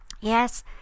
yes